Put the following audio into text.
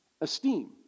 Esteem